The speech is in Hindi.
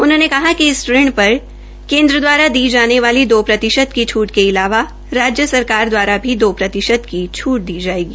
उन्होंने कहा कि इस ऋण पर केन्द्र द्वारा दी जाने वाली दो प्रतिशत की छूट के अलावा राजय सरकार द्वारा भी दो प्रतिशत की छूट दी जायेगी